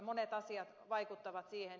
monet asiat vaikuttavat siihen